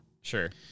Sure